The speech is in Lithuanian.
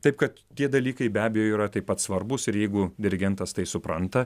taip kad tie dalykai be abejo yra taip pat svarbūs ir jeigu dirigentas tai supranta